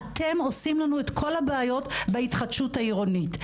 אתם עושים לנו את כל הבעיות בהתחדשות העירונית.